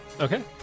Okay